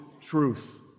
truth